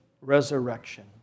resurrection